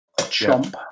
chomp